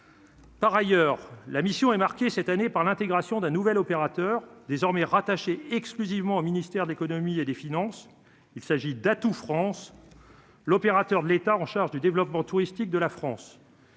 Par ailleurs, la mission est marqué cette année par l'intégration d'un nouvel opérateur désormais rattaché exclusivement au ministère de l'Économie et des Finances, il s'agit d'atout France, l'opérateur de l'État, en charge du développement touristique de la France.